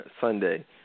Sunday